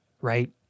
right